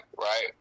right